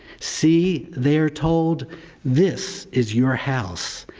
see, they're told this is your house,